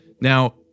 Now